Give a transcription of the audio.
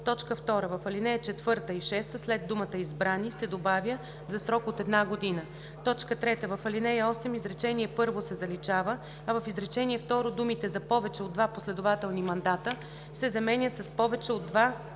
2. В ал. 4 и 6 след думата „избрани“ се добавя „за срок от една година“. 3. В ал. 8 изречение първо се заличава, а в изречение второ думите „за повече от два последователни мандата“ се заменят с „повече от два